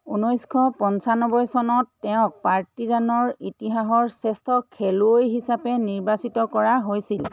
ঊনৈছশ পঁচানব্বৈ চনত তেওঁক পাৰ্টিজানৰ ইতিহাসৰ শ্ৰেষ্ঠ খেলুৱৈ হিচাপে নিৰ্বাচিত কৰা হৈছিল